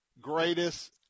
greatest